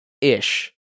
ish